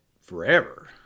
forever